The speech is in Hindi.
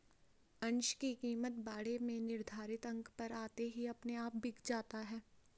अंश की कीमत बाड़े में निर्धारित अंक पर आते ही अपने आप बिक जाता है